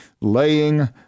laying